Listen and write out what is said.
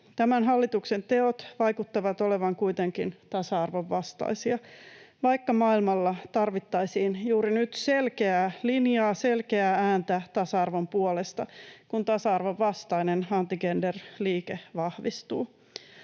Tämän hallituksen teot vaikuttavat olevan kuitenkin tasa-arvon vastaisia, vaikka maailmalla tarvittaisiin juuri nyt selkeää linjaa, selkeää ääntä tasa-arvon puolesta, kun tasa-arvovastainen anti-gender-liike vahvistuu.